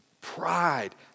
pride